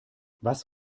was